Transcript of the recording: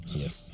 yes